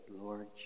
Lord